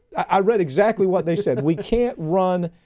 i read exactly what they said. we can't run.